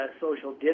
social